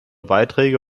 beiträge